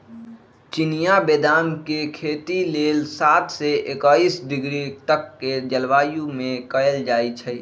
चिनियाँ बेदाम के खेती लेल सात से एकइस डिग्री तक के जलवायु में कएल जाइ छइ